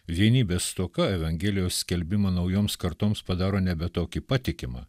vienybės stoka evangelijos skelbimą naujoms kartoms padaro nebe tokį patikimą